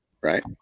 right